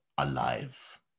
Alive